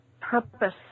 purpose